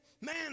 Man